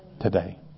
Today